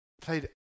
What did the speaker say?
played